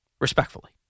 Respectfully